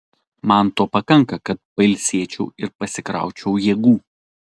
man to pakanka kad pailsėčiau ir pasikraučiau jėgų